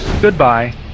goodbye